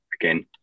again